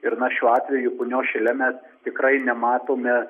ir na šiuo atveju punios šile mes tikrai nematome